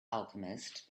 alchemist